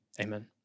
Amen